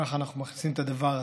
כך אנחנו מכניסים את הדבר הזה.